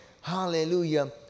hallelujah